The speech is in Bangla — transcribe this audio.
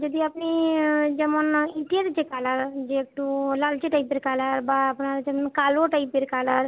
যদি আপনি যেমন ইটের যে কালার যে একটু লালচে টাইপের কালার বা আপনার যেমন কালো টাইপের কালার